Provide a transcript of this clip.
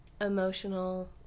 emotional